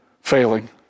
failing